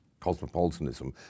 cosmopolitanism